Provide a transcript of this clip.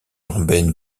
urbaine